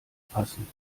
passen